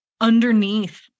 Underneath